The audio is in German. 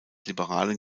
liberalen